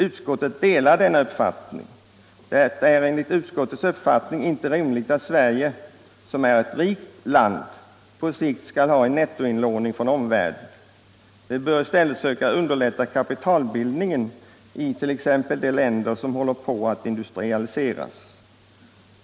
Utskottet delar denna uppfattning. Det är enligt utskottets uppfattning inte rimligt att Sverige som är ett rikt land på sikt skall ha en nettoinlåning från omvärlden. Vi bör i stället söka underlätta kapitalbildningen i t.ex. de länder som håller på att industrialiseras.